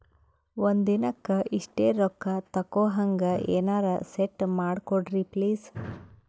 ಒಂದಿನಕ್ಕ ಇಷ್ಟೇ ರೊಕ್ಕ ತಕ್ಕೊಹಂಗ ಎನೆರೆ ಸೆಟ್ ಮಾಡಕೋಡ್ರಿ ಪ್ಲೀಜ್?